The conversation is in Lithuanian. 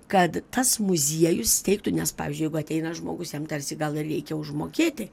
kad tas muziejus teiktų nes pavyzdžiui jeigu ateina žmogus jam tarsi gal ir reikia užmokėti